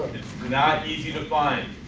not easy to find.